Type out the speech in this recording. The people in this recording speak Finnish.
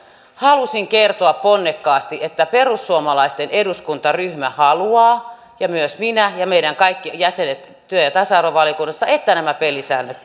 halusin kertoa ponnekkaasti että perussuomalaisten eduskuntaryhmä haluaa ja myös minä ja meidän kaikki jäsenemme työ ja tasa arvovaliokunnassa että nämä pelisäännöt